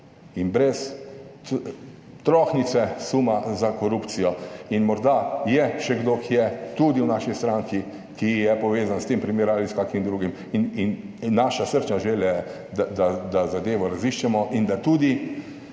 in brez trohnice suma za korupcijo. In morda je še kdo, ki je tudi v naši stranki, ki je povezan s tem primer ali s kakšnim drugim, in naša srčna želja je, da zadevo raziščemo in da tudi